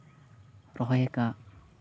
ᱨᱚᱦᱚᱭ ᱟᱠᱟᱫ